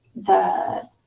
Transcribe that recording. the